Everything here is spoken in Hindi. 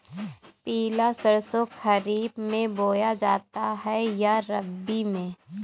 पिला सरसो खरीफ में बोया जाता है या रबी में?